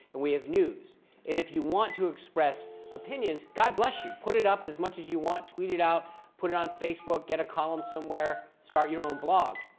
and we have news. and if you want to express opinions, god bless you. put it up as much as you want, tweet it out, put it on facebook, get a column somewhere, start your own blog.